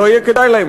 לא יהיה כדאי להם,